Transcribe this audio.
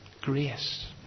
Grace